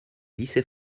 lycées